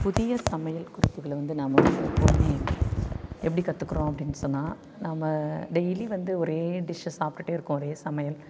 புதிய சமையல் குறிப்புகளை வந்து நாம் வந்து எப்பவுமே எப்படி கத்துக்கிறோம் அப்படினு சொன்னால் நம்ம டெய்லி வந்து ஒரே டிஷ்ஷை சாப்பிட்டுகிட்டே இருக்கோம் ஒரே சமையல்